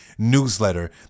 newsletter